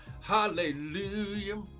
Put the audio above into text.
Hallelujah